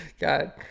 God